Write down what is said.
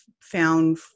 found